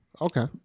Okay